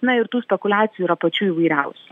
na ir tų spekuliacijų yra pačių įvairiausių